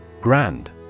Grand